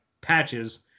patches